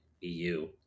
EU